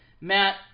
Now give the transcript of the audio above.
Matt